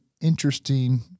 interesting